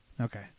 Okay